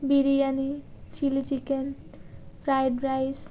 biryani chilli chicken fried rice